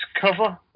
cover